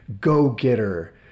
go-getter